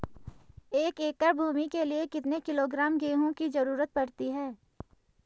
एक एकड़ भूमि के लिए कितने किलोग्राम गेहूँ की जरूरत पड़ती है?